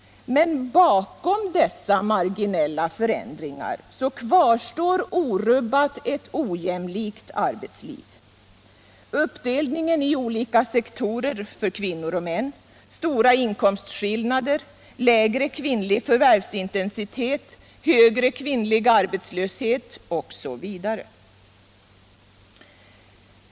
Men bakom dessa kvarstår orubbat ett ojämlikt arbetsliv — uppdelningen i olika sektorer för kvinnor och män, stora inkomstskillnader, lägre kvinnlig förvärvsintensitet, högre kvinnlig arbetslöshet osv.